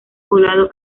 poblado